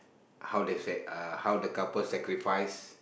how they say uh how the couple sacrifice